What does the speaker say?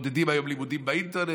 מעודדים היום לימודים באינטרנט.